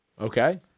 Okay